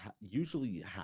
usually